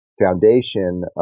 foundation